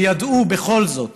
וידעו בכל זאת,